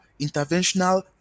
interventional